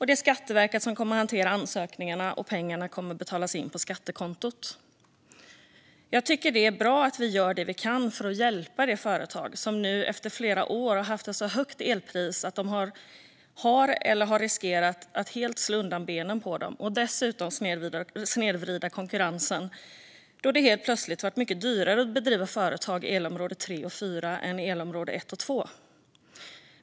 Det är Skatteverket som kommer att hantera ansökningarna, och pengarna kommer att betalas in på skattekontot. Jag tycker att det är bra att vi gör det vi kan för att hjälpa de företag som nu under flera år har haft så höga elpriser att det slagit undan benen på dem eller riskerat att göra det. Dessutom har konkurrensen snedvridits då det helt plötsligt blivit mycket dyrare att driva företag i elområde 3 och 4 än i elområde 1 och 2.